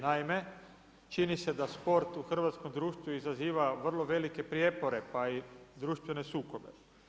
Naime, čini se da sport u hrvatskom društvu izaziva vrlo velike prijepore, pa i društvene sukobe.